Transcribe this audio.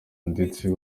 ndetse